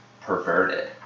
perverted